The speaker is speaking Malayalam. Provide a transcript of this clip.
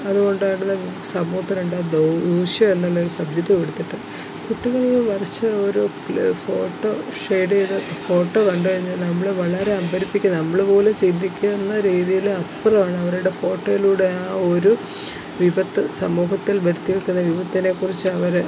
അതുകൊണ്ടാണ് നം സമൂഹത്തിന് ഉണ്ടാകുന്ന ദൂഷ്യം എന്നുള്ളൊരു സബ്ജെക്ട് കൊടുത്തിട്ട് കുട്ടികൾ വരച്ച ഒരോ ഫോട്ടൊ ഷെയ്ഡ് ചെയ്ത് ഫോട്ടൊ കണ്ടുകഴിഞ്ഞാല് നമ്മളെ വളരെ അമ്പരിപ്പിക്കുന്ന നമ്മളുപോലും ചിന്തിക്കുന്ന രീതിയിലപ്പുറമാണ് അവരുടെ ഫോട്ടോയിലൂടെ ആ ഒരു വിപത്ത് സമൂഹത്തിൽ വരുത്തിവെക്കുന്ന വിപത്തിനെ കുറിച്ചവര്